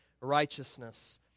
righteousness